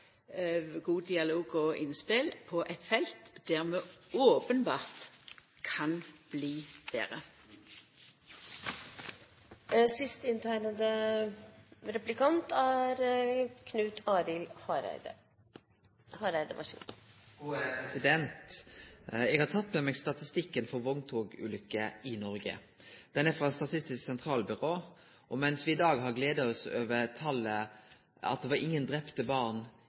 god dialog og innspel på eit felt der vi openbert kan bli betre. Eg har teke med meg statistikken for vogntogulykker i Noreg frå Statistisk sentralbyrå. Vi har i dag gledd oss over at det ikkje var nokon drepne barn i bil i fjor. Vi ser av utviklinga dei siste ti åra at mens vi på nesten alle område har